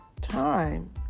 time